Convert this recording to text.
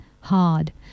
hard